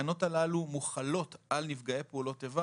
התקנות הללו מוחלות על נפגעי פעולות איבה